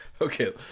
Okay